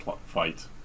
fight